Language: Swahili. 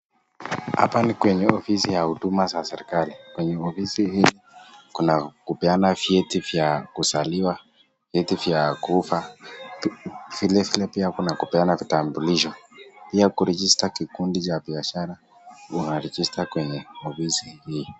Hapa ni kwenye ofiisi za huduma za serikali, kwenye ofisi hii kuna kupeana vyeti vya kuzaliwa , vyeti vya kufa, vilevile pia kuna pupeana vitambulisho , pia kuregister kikundi cha biashara unaregister kwa ofisi hii.